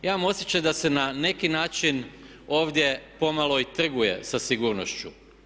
Imam osjećaj da se na neki način ovdje pomalo i trguje sa sigurnošću.